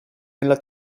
nella